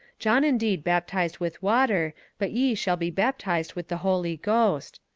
john indeed baptized with water but ye shall be baptized with the holy ghost.